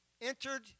entered